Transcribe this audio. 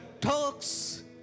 talks